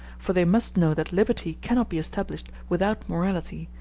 for they must know that liberty cannot be established without morality,